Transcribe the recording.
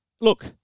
look